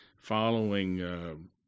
following